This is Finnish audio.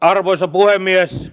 arvoisa puhemies